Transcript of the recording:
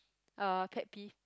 uh pet peeve